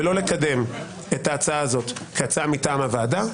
ולא לקדם את ההצעה הזאת כהצעה מטעם הוועדה,